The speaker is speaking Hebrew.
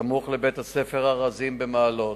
סמוך לבית-ספר "ארזים" במעלות.